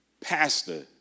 pastor